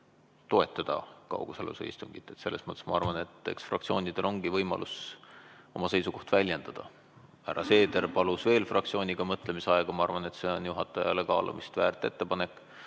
kaugosalusega istungit. Selles mõttes ma arvan, et eks fraktsioonidel ongi võimalus oma seisukohta väljendada. Härra Seeder palus veel fraktsioonile mõtlemisaega. Ma arvan, et see on juhatajale kaalumist väärt ettepanek.